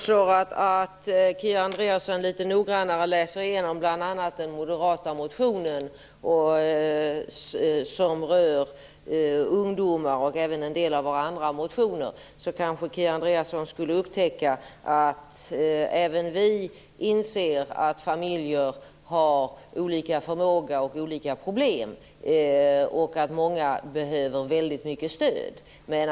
Fru talman! Jag föreslår att Kia Andreasson litet noggrannare läser igenom bl.a. den moderata motion som rör ungdomar och även en del av våra andra motioner. Då skulle Kia Andreasson kanske upptäcka att även vi inser att familjer har olika förmåga och olika problem, och att många behöver väldigt mycket stöd.